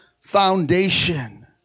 foundation